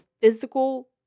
physical